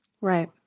Right